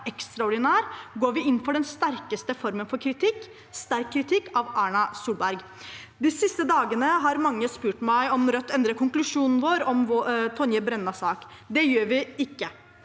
ekstraordinær, går vi inn for den sterkeste formen for kritikk, sterk kritikk, av Erna Solberg. De siste dagene har mange spurt meg om Rødt endrer konklusjonen sin om Tonje Brennas sak. Det gjør vi ikke.